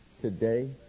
Today